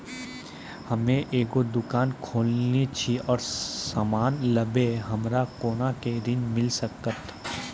हम्मे एगो दुकान खोलने छी और समान लगैबै हमरा कोना के ऋण मिल सकत?